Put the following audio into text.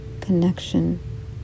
connection